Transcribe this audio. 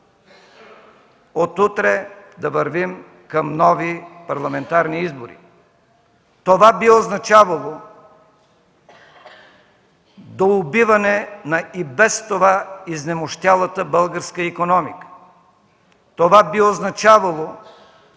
от утре да вървим към нови парламентарни избори. Това би означавало доубиване на и без това изнемощялата българска икономика. Това би означавало